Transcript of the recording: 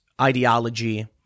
ideology